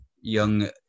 young